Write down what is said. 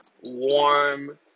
warm